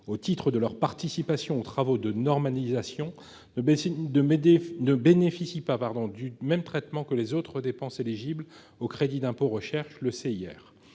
au titre de leur participation aux travaux de normalisation ne bénéficient pas du même traitement que les autres dépenses éligibles au crédit d'impôt recherche, le CIR.